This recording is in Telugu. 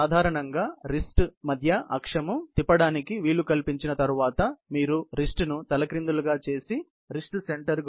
సాధారణంగా రిస్ట్ మధ్య అక్షం తిప్పడానికి వీలు కల్పించిన తర్వాత మీరు రిస్ట్ ను తలక్రిందులుగా చేసి రిస్ట్ సెంటర్ గురించి రిస్ట్ ను వంచవచ్చు